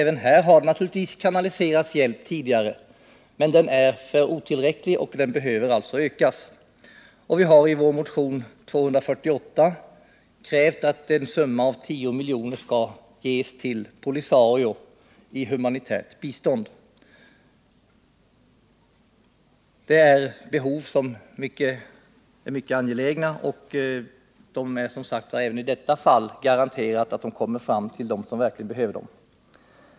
Även här har naturligtvis kanaliserats hjälp tidigare, men den är otillräcklig och den behöver alltså ökas. Vi har i vår motion 248 krävt att en summa av 10 miljoner skall ges till Polisario i humanitärt bistånd. Det gäller mycket angelägna behov, och det är som sagt även i detta fall garanterat att pengarna kommer fram till dem som verkligen behöver hjälpen.